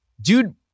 Dude